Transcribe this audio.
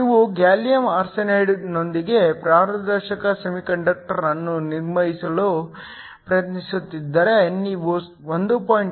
ನೀವು ಗ್ಯಾಲಿಯಮ್ ಆರ್ಸೆನೈಡ್ನೊಂದಿಗೆ ಪಾರದರ್ಶಕ ಸೆಮಿಕಂಡಕ್ಟರ್ ಅನ್ನು ನಿರ್ಮಿಸಲು ಪ್ರಯತ್ನಿಸುತ್ತಿದ್ದರೆ ನೀವು 1